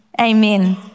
Amen